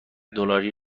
دلاری